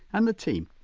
and the team,